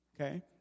okay